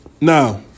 Now